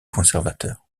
conservateurs